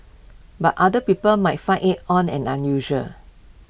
but other people might find IT odd and unusual